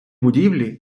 будівлі